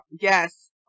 yes